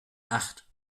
acht